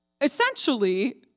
Essentially